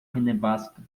nevasca